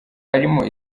arimo